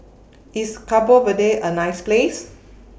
IS Cabo Verde A nice Place